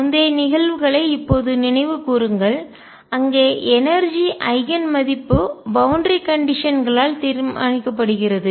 முந்தைய நிகழ்வுகளை இப்போது நினைவுகூருங்கள் அங்கே எனர்ஜிஆற்றல் ஐகன் மதிப்பு பவுண்டரி கண்டிஷன் எல்லை நிபந்தனை களால் தீர்மானிக்கப்படுகிறது